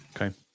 Okay